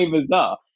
bizarre